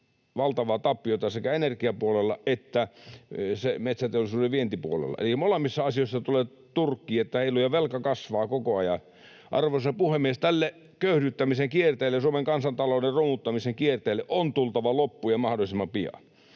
valtavaa tappiota sekä energiapuolella että metsäteollisuuden vientipuolella. Eli molemmissa asioissa tulee turkkiin niin, että heiluu, ja velka kasvaa koko ajan. Arvoisa puhemies! Tälle köyhdyttämisen kierteelle, Suomen kansantalouden romuttamisen kierteelle, on tultava loppu ja mahdollisimman pian.